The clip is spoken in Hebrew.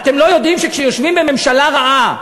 אתם לא יודעים שכאשר יושבים בממשלה רעה,